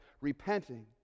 repenting